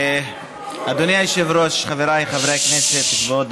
אדוני היושב-ראש, חבריי חברי הכנסת, כבוד